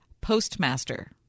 postmaster